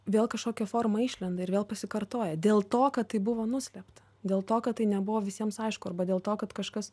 vėl kažkokia forma išlenda ir vėl pasikartoja dėl to kad tai buvo nuslėpta dėl to kad tai nebuvo visiems aišku arba dėl to kad kažkas